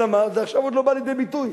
אלא מה, זה עכשיו עוד לא בא לידי ביטוי.